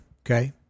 okay